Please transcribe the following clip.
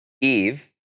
Eve